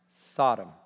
Sodom